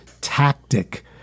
tactic